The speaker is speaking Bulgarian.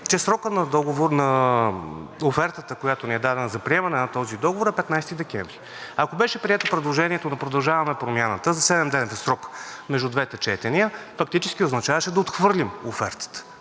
договор на офертата, която ни е дадена за приемане на този договор, е 15 декември. Ако беше прието предложението на „Продължаваме Промяната“ за седемдневен срок между двете четения, фактически означаваше да отхвърлим офертата.